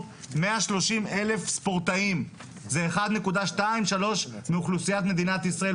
130,000 ספורטאים זה 1.23 מאוכלוסיית ישראל.